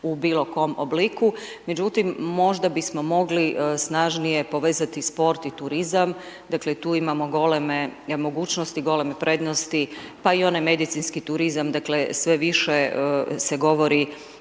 u bilo kojem obliku, međutim, možda bismo mogli snažnije povezati sport i turizam, dakle, tu imamo goleme mogućnosti, goleme prednosti, pa i one medicinski turizam, dakle, sve više se govori